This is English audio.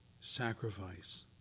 sacrifice